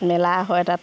মেলা হয় তাত